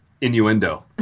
innuendo